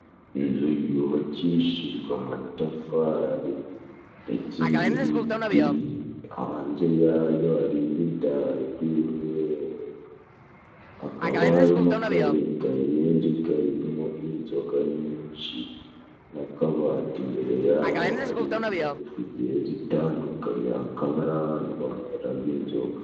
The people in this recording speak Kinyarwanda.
Inzu yubakishijwe amatafari ndetse n'ibiti hanze ya yo hari ibidara by'umweru, hakaba harimo akayetajeri karimo inzoga nyinshi n'akabati, imbere y'aho hari intebe zigiye zitandukanye hakaba ari abantu banweraga inzoga.